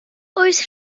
oes